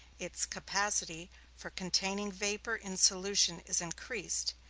its capacity for containing vapor in solution is increased,